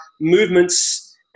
movements